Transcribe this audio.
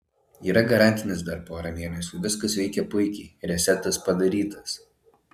yra garantinis dar pora mėnesių viskas veikia puikiai resetas padarytas